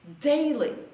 daily